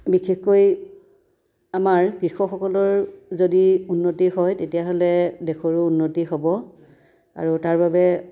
বিশেষকৈ আমাৰ কৃষকসকলৰ যদি উন্নতি হয় তেতিয়াহ'লে দেশৰো উন্নতি হ'ব আৰু তাৰ বাবে